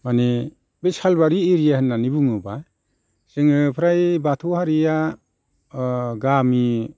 माने बे सालबारि एरिया होननानै बुङोब्ला जोङो फ्राय बाथौ हारिया गामि